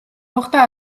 მოხდა